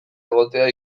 egotea